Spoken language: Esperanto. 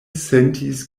sentis